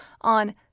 on